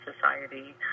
society